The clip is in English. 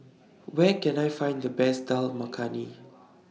Where Can I Find The Best Dal Makhani